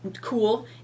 Cool